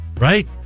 Right